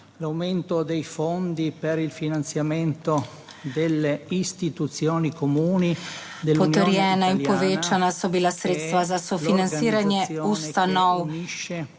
Potrjena in povečana so bila sredstva za sofinanciranje ustanov